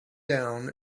down